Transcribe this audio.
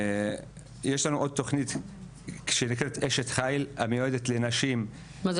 יש לנו עוד תוכנית שנקראת אשת חיל המיועדת לנשים -- מה זה?